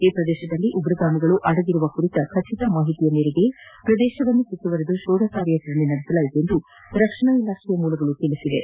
ಈ ಪ್ರದೇಶದಲ್ಲಿ ಉಗ್ರರು ಅಡಗಿರುವ ಕುರಿತ ಖಚಿತ ಮಾಹಿತಿಯ ಮೇರೆಗೆ ಪ್ರದೇಶವನ್ನು ಸುತ್ತುವರಿದು ಶೋಧ ಕಾರ್ಯಾಚರಣೆ ನಡೆಸಲಾಯಿತು ಎಂದು ರಕ್ಷಣಾ ಮೂಲಗಳು ತಿಳಿಸಿವೆ